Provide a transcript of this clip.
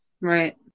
Right